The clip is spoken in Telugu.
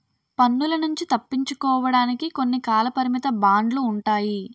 పన్నుల నుంచి తప్పించుకోవడానికి కొన్ని కాలపరిమిత బాండ్లు ఉంటాయి